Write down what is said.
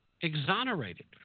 exonerated